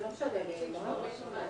משק המדינה (הוראת שעה 2020) (מ/1294),